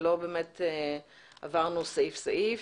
ולא עברנו סעיף-סעיף.